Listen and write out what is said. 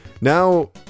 Now